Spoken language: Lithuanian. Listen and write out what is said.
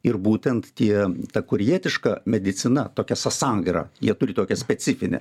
ir būtent tie ta korėjietiška medicina tokia sasang yra jie turi tokią specifinę